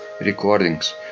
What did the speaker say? recordings